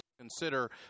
consider